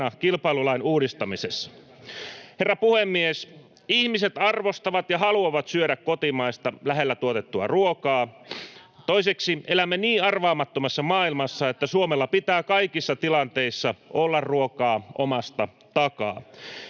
kilpailulain uudistamisessa? Herra puhemies! Ihmiset arvostavat ja haluavat syödä kotimaista, lähellä tuotettua ruokaa. Toiseksi elämme niin arvaamattomassa maailmassa, että Suomella pitää kaikissa tilanteissa olla ruokaa omasta takaa.